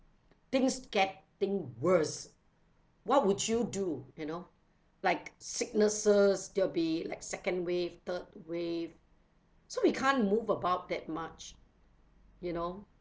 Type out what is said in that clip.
things getting worse what would you do you know like sicknesses there will be like second wave third wave so we can't move about that much you know